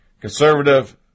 Conservative